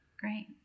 great